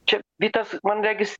čia vytas man regis